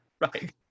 Right